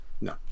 No